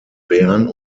bern